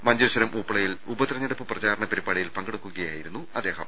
മഞ്ചേ ശ്വരം ഉപ്പളയിൽ ഉപതെരഞ്ഞെടുപ്പ് പ്രചാരണ പരിപാടിയിൽ പങ്കെടുക്കു കയായിരുന്നു അദ്ദേഹം